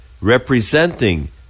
representing